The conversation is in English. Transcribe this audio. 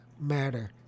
matter